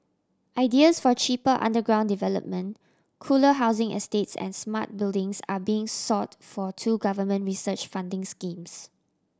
ideas for cheaper underground development cooler housing estates and smart buildings are being sought for two government research funding schemes